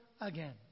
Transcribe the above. again